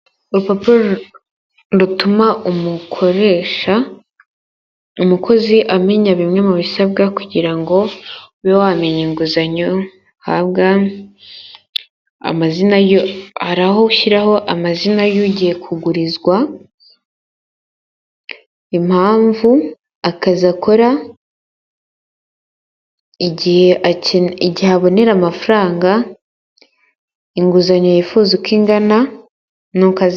Urupapuro rutuma umukoresha, umukozi amenya bimwe mu bisabwa kugira ngo ube wamenya inguzanyo uhabwa, amazina hari aho ushyiraho amazina y'ugiye kugurizwa, impamvu, akazi akora, igihe abonera amafaranga, inguzanyo yifuza uko ingana akazi.